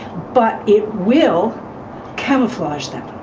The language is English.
but it will camouflage them.